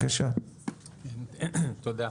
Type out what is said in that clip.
תודה.